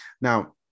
Now